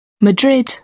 Madrid